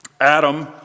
Adam